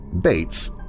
Bates